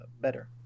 better